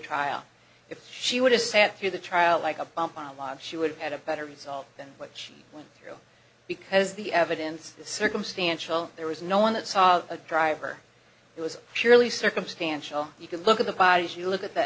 trial if she would have sat through the trial like a bump on a log she would had a better result than what she went through because the evidence the circumstantial there was no one that saw a driver who was purely circumstantial you could look at the body as you look at the